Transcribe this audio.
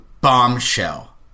bombshell